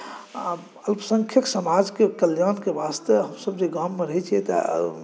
आ अल्पसंख्यक समाजकेँ कल्याणकेँ वास्ते हमसभ जे गाममे रहै छिऐ तऽ